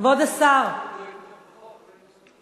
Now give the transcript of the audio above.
כבוד השר, הוא מקשיב.